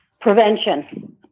prevention